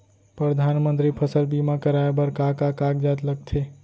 परधानमंतरी फसल बीमा कराये बर का का कागजात लगथे?